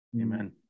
Amen